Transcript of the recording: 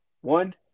one